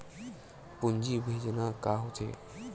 पूंजी भेजना का होथे?